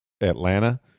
Atlanta